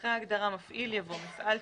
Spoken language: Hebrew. אחרי ההגדרה "מפעיל" יבוא: ""מפעל טיפול"